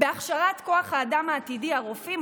בהכשרת כוח האדם העתידי: הרופאים,